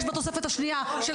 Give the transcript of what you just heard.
יש בתוספת השנייה.